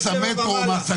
המיסים מס המטרו, מס הגודש.